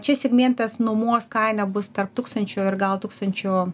čia segmentas nuomos kaina bus tarp tūkstančio ir gal tūkstančio